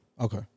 Okay